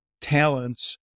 talents